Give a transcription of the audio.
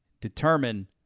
determine